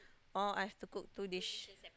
or I've to cook two dish